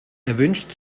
erwünscht